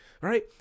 Right